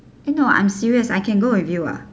no I'm serious I can go with you ah